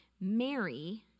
Mary